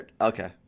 Okay